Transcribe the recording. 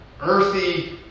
earthy